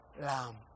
lamb